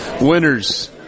Winners